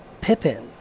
Pippin